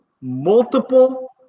multiple